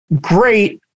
great